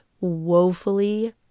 woefully